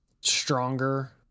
stronger